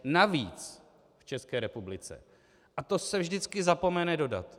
Navíc v České republice a to se vždycky zapomene dodat.